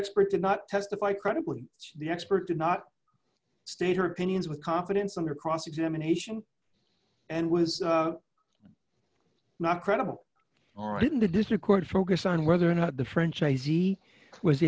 expert did not testify credibly the expert did not state her opinions with confidence under cross examination and was not credible or didn't the district court focus on whether or not the franchisee was